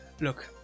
look